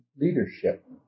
leadership